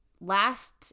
last